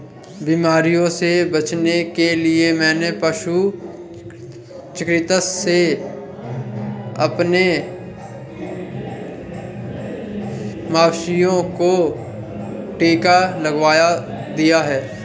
बीमारियों से बचने के लिए मैंने पशु चिकित्सक से अपने मवेशियों को टिका लगवा दिया है